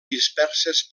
disperses